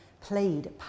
played